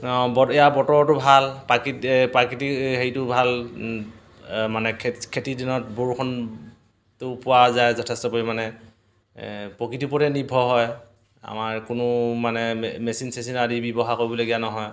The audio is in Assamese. বতৰ ইয়াৰ বতৰটো ভাল প্ৰাকৃতি প্ৰাকৃতিক হেৰিটো ভাল মানে খেতি খেতিৰ দিনত বৰষুণটো পোৱা যায় যথেষ্ট পৰিমাণে প্ৰকৃতি উপৰতে নিৰ্ভৰ হয় আমাৰ কোনো মানে মেচিন চেচিন আদি ব্যৱহাৰ কৰিবলগীয়া নহয়